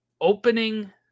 opening